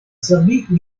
serbie